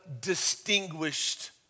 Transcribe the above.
distinguished